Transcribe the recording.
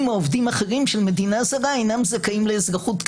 או עובדים אחרים של מדינה זרה אינם זכאים לאזרחות קנדית,